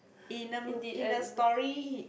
in a in a story